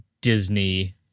Disney